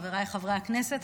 חבריי חברי הכנסת,